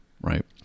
right